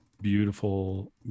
beautiful